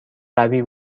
قوی